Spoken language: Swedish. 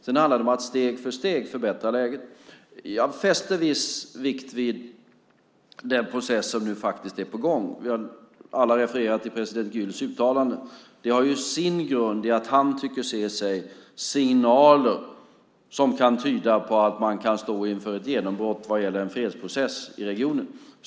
Sedan handlar det om att steg för steg förbättra läget. Jag fäster viss vikt vid den process som nu är på gång. Vi har alla har refererat till president Güls uttalanden. Det har sin grund i att han tycker sig se signaler som kan tyda på att man står inför ett genombrott vad gäller en fredsprocess i regionen.